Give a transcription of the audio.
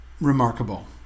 remarkable